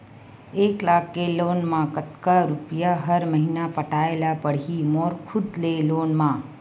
एक लाख के लोन मा कतका रुपिया हर महीना पटाय ला पढ़ही मोर खुद ले लोन मा?